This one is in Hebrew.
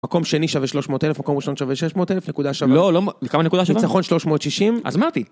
מקום שני שווה שלוש מאות אלף, מקום ראשון שווה שש מאות אלף, נקודה שווה... לא, לא... לכמה נקודה שווה? ניצחון שלוש מאות שישים... אז אמרתי.